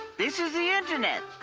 this is the internet,